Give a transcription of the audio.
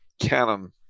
canon